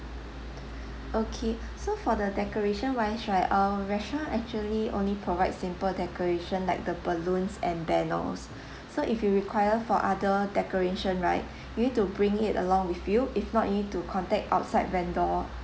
okay so for the decoration wise right our restaurant actually only provides simple decoration like the balloons and banners so if you require for other decoration right you need to bring it along with you if not you need to contact outside vendor